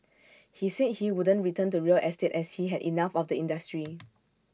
he said he wouldn't return to real estate as he had enough of the industry